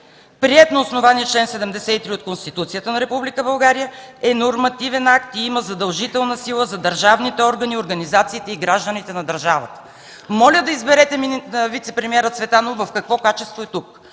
приет на основание чл. 73 от Конституцията на Република България, е нормативен акт и има задължителна сила за държавните органи, организациите и гражданите на държавата”. Моля да изберете вицепремиерът Цветанов в какво качество е тук